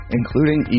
including